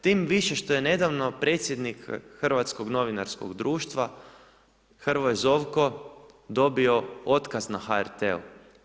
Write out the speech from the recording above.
Tim više što je nedavno predsjednik Hrvatskog novinarskog društva Hrvoje Zovko dobio otkaz na HRT-u.